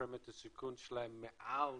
שפרמיית הסיכון שלהם היא מעל